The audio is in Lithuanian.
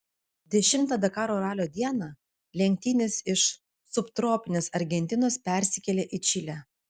dešimtą dakaro ralio dieną lenktynės iš subtropinės argentinos persikėlė į čilę